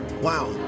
Wow